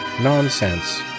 Nonsense